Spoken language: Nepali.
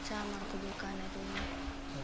चामलको दोकानहरू